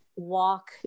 walk